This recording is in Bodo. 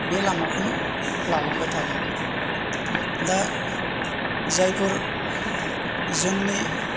बे लामाखौनो लालांबाय थागोन दा जायफोर जोंनि